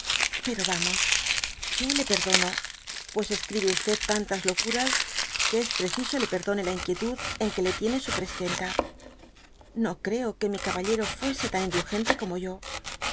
pero vamos yo le perdono pues escribe tantas locuras que es preciso le perdone la inquietud en que le tiene su presidenta no creo que mi caballero fuese tan indulgente c mo yo lo